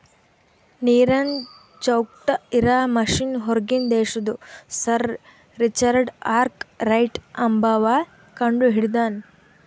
ನೀರನ್ ಚೌಕ್ಟ್ ಇರಾ ಮಷಿನ್ ಹೂರ್ಗಿನ್ ದೇಶದು ಸರ್ ರಿಚರ್ಡ್ ಆರ್ಕ್ ರೈಟ್ ಅಂಬವ್ವ ಕಂಡಹಿಡದಾನ್